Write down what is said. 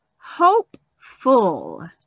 Hopeful